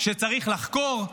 שצריך לחקור,